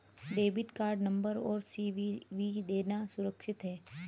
Debit card number और CVV देना सुरक्षित है?